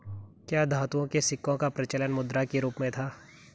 क्या धातुओं के सिक्कों का प्रचलन मुद्रा के रूप में था?